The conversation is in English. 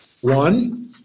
One